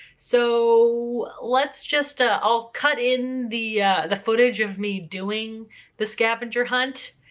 so let's just ah i'll cut in the the footage of me doing the scavenger hunt.